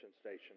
Station